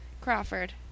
Crawford